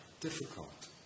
Difficult